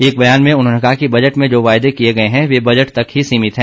एक बयान में उन्होंने कहा कि बजट में जो वायदे किए गए हैं वे बजट तक ही सीमित हैं